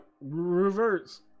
reverse